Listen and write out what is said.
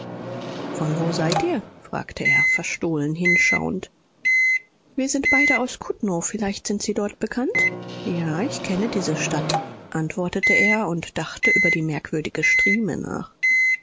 von wo seid ihr fragte er verstohlen hinschauend wir sind beide aus kutno vielleicht sind sie dort bekannt ja ich kenne diese stadt antwortete er und dachte über die merkwürdige strieme nach